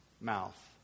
mouth